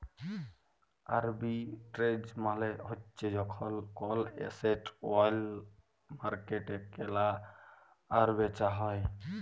arbitrage মালে হ্যচ্যে যখল কল এসেট ওল্য মার্কেটে কেলা আর বেচা হ্যয়ে